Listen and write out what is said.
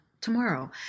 tomorrow